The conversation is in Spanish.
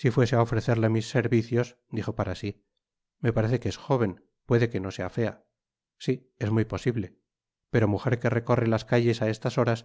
si fuese á ofrecerte mis servicios dijo para sí me parece que es joven puede que no sea fea sí es muy posible pero mujer que recorre las calles á estas horas